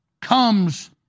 comes